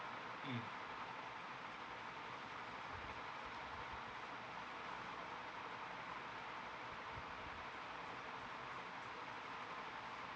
um